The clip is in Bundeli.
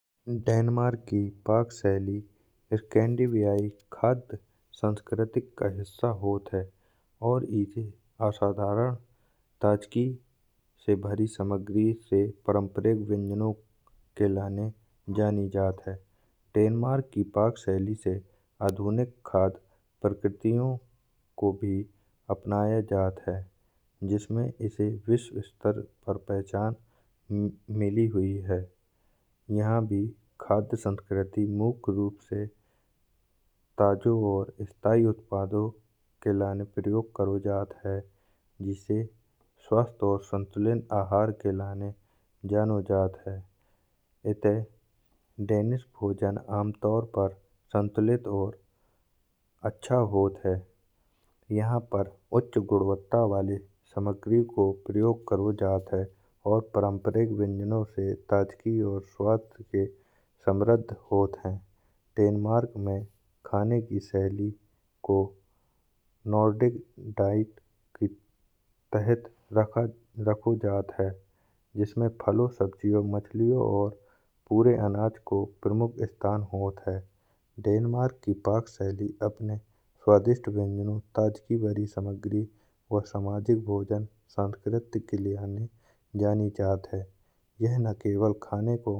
डेनमार्क की पाक शैली स्कैंडी भी इ खाद संस्कृतिक का हिस्सा होत है और एके असाधारण ताजगी से भरी सामग्री से पारंपरिक व्यंजनोन के लाने जानी जात है। डेनमार्क की पाक शैली से आधुनिक खाद परिक्रितियों को भी अपनाया जात है जिसमें इसे विश्वस्तर पर पहचान मिली हुई है। यहाँ भी खाद्य संस्कृति मुख्य रूप से काजु और स्थाई उत्पादों के लाने प्रयोग करो जात है। जिससे स्वास्थ्य और संतुलित आहार के लाने जनो जात है एतह डेनीस भोजन आमतौर पर संतुलित और अच्छा होत है। यहाँ पर उच्च गुणवत्ता वाले सामग्री को प्रयोग करो जात है और पारंपरिक व्यंजनोन से ताजगी और स्वाद के समृद्ध होत है। डेनमार्क में खाने की शैली को नॉर्डिक डाइट के तहत रखो जात है जिसमें फलों सब्जियों मछलियों और पूरे अनाथ को प्रमुख स्थान होत है। डेनमार्क की पाक शैली अपने स्वादिष्ट व्यंजनोन ताजगी भरी सामग्री और सामाजिक भोज संस्कृतिक के लिए जानी जात है। याह ना केवल खाने को आनंद देत हैं बल्कि खाने के कारण खुशी को आनंद करौत है।